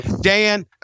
Dan